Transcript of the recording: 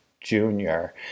junior